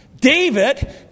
David